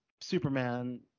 Superman